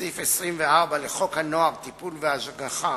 בסעיף 24 לחוק הנוער (טיפול והשגחה),